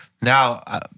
Now